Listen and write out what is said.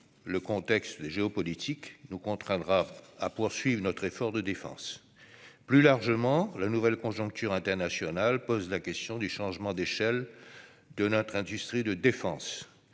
Le contexte géopolitique nous contraindra à poursuivre notre effort de défense. Plus largement, la nouvelle conjoncture internationale pose la question du changement d'échelle de notre industrie de défense.